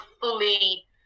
fully